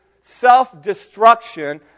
self-destruction